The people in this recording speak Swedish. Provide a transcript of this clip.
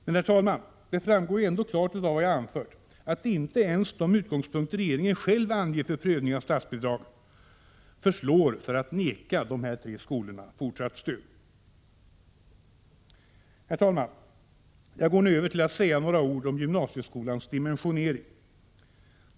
Men, herr talman, det framgår ju ändå klart av vad jag anfört att inte ens de utgångspunkter som regeringen själv anger för prövning av statsbidrag förslår när det gäller att förvägra dessa tre skolor fortsatt stöd. Herr talman! Jag går nu över till att säga några ord om gymnasieskolans dimensionering.